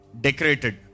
decorated